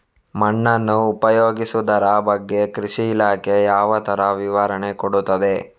ಮಣ್ಣನ್ನು ಉಪಯೋಗಿಸುದರ ಬಗ್ಗೆ ಕೃಷಿ ಇಲಾಖೆ ಯಾವ ತರ ವಿವರಣೆ ಕೊಡುತ್ತದೆ?